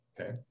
Okay